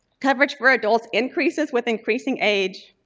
coverage for adults increases with increasing age,